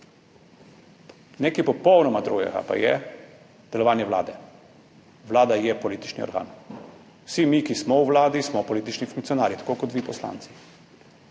Nekaj popolnoma drugega pa je delovanje vlade. Vlada je politični organ. Vsi mi, ki smo v vladi, smo politični funkcionarji, tako kot vi poslanci.